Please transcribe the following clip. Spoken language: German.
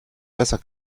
besser